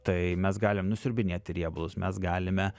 tai mes galim nusiurbinėti riebalus mes galime